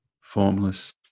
formless